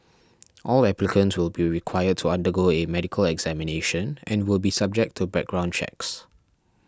all applicants will be required to undergo a medical examination and will be subject to background checks